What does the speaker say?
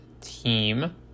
team